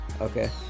Okay